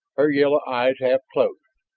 her yellow eyes half closed,